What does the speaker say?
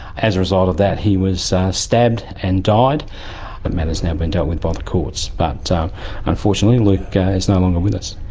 as a result of that he was stabbed and died. that but matter has now been dealt with by the courts. but so unfortunately luke is no longer with us.